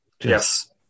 Yes